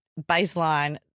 baseline